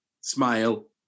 smile